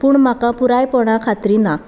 पूण म्हाका पुरायपणान खात्री ना